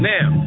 Now